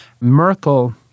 Merkel